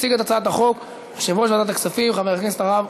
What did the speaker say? הצעת ועדת הכלכלה בדבר פיצול הצעת חוק לתיקון